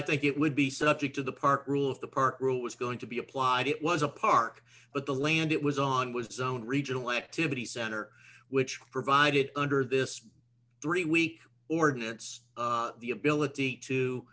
i think it would be subject to the park rule if the park rule was going to be applied it was a park but the land it was on was zoned regional activity center which provided under this three week ordinance the ability to